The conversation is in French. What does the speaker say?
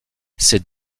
ces